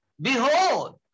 behold